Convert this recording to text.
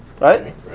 Right